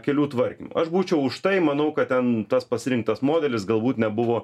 kelių tvarkymą aš būčiau už tai manau kad ten tas pasirinktas modelis galbūt nebuvo